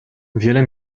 wiele